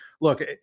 look